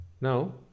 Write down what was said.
now